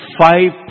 five